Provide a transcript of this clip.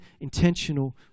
intentional